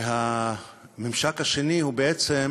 והממשק השני הוא בעצם